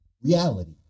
reality